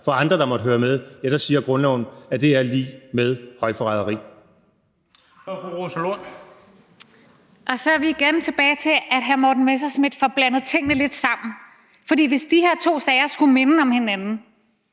for andre, der måtte høre med, siger grundloven, at det er lig med højforræderi.